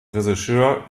regisseur